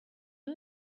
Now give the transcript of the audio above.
you